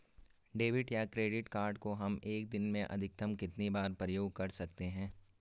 Debit या credit card को हम एक दिन में अधिकतम कितनी बार प्रयोग कर सकते हैं?